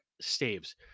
staves